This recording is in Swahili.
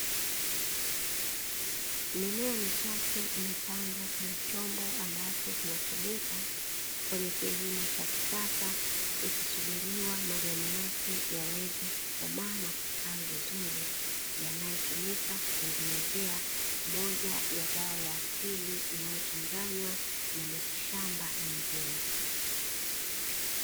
Mimea michache imepandwa kwenye chombo ambacho kinatumika kwenye kilimo cha kisasa, ikisubiriwa majani yake yaweze kukomaa na kustawi vizuri, yanayotumika kutengenezea moja ya dawa ya asili inayochanganywa na mitishamba mingine.